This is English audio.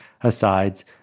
asides